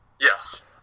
Yes